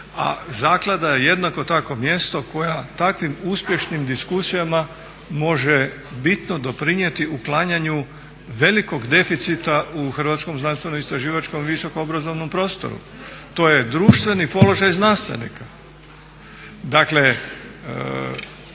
zaklada je jednako tako mjesto koja takvim uspješnim diskusijama može bitno doprinijeti uklanjanju velikog deficita u hrvatsko znanstveno istraživačkom visokoobrazovnom prostoru. To je društveni položaj znanstvenika. Dakle